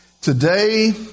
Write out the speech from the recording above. Today